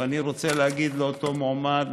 ואני רוצה להגיד לאותו מועמד,